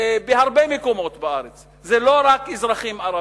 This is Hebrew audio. ובהרבה מקומות בארץ, זה לא רק אזרחים ערבים,